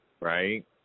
right